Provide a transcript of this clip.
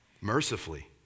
mercifully